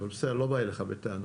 אבל בסדר לא בא אליך בטענות.